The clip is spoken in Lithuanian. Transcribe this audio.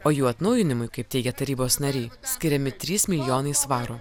o jų atnaujinimui kaip teigia tarybos nariai skiriami trys milijonai svarų